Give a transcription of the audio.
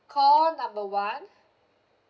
call number one